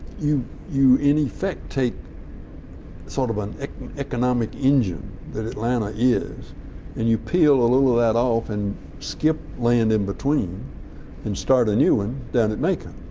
you you in effect take sort of an economic engine that atlanta is and you peel a little of that off and skip land in between and start a new one and down in macon.